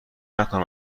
نکنم